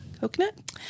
Coconut